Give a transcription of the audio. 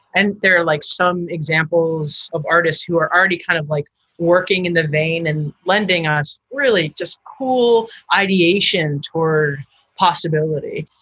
and there are like some examples of artists who are already kind of like working in the vein and lending us really just cool ideation or possibility.